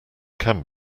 can